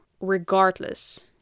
regardless